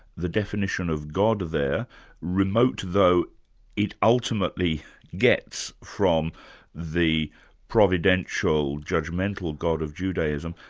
the definition of god there, remote though it ultimately gets from the providential, judgmental god of judaism,